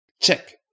check